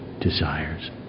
desires